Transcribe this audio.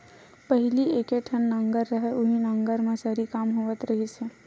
पहिली एके ठन नांगर रहय उहीं नांगर म सरी काम होवत रिहिस हे